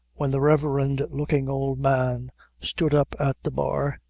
when the reverend looking old man stood up at the bar,